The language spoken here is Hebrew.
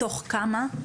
מתוך כמה?